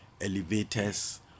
elevators